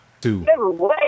two